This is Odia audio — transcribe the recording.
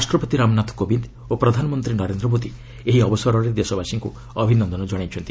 ରାଷ୍ଟ୍ରପତି ରାମନାଥ କୋବିନ୍ଦ ଓ ପ୍ରଧାନମନ୍ତ୍ରୀ ନରେନ୍ଦ୍ର ମୋଦି ଏହି ଅବସରରେ ଦେଶବାସୀଙ୍କୁ ଅଭିନନ୍ଦନ କଣାଇଛନ୍ତି